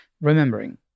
remembering